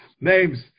names